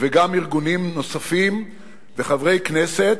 וגם ארגונים נוספים וחברי כנסת,